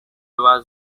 was